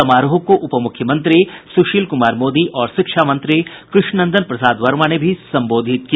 समारोह को उप मुख्यमंत्री सुशील कुमार मोदी और शिक्षा मंत्री कृष्णनंदन प्रसाद वर्मा ने भी संबोधित किया